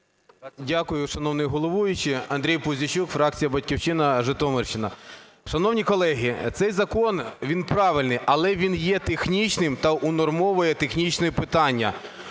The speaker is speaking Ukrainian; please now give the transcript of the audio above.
Дякую, шановний головуючий. Андрій Пузійчук, фракція "Батьківщина", Житомирщина. Шановні колеги, цей закон, він правильний, але він є технічним та унормовує технічні питання.